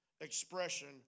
expression